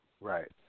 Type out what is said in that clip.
right